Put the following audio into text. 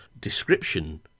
description